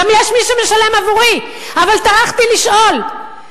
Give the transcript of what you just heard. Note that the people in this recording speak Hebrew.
יש גם מי שמשלם עבורי, אבל טרחתי לשאול.